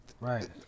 right